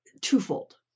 twofold